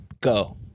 Go